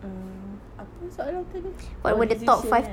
uh apa soalan itu tadi about decision kan